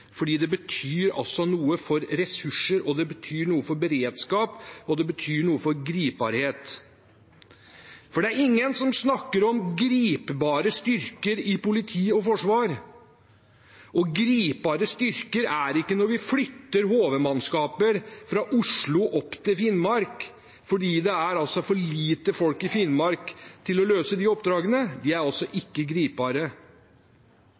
fordi det betyr noe for ressurser, det betyr noe for beredskap, og det betyr noe for gripbarhet. For det er ingen som snakker om gripbare styrker i politi og forsvar, og gripbare styrker er ikke når vi flytter HV-mannskaper fra Oslo opp til Finnmark fordi det er for lite folk i Finnmark til å løse de oppdragene. De er altså